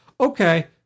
Okay